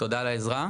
תודה על העזרה.